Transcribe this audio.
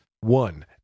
One